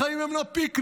החיים הם לא פיקניק.